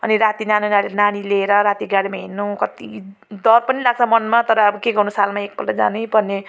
अनि राति नाना गाडी नानी लिएर राति गाडीमा हिँड्नु कति डर पनि लाग्छ मनमा तर अब के गर्नु सालमा एक पल्ट जानै पर्ने